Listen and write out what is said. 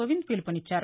కోవింద్ పిలుపునిచ్చారు